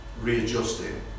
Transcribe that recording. readjusting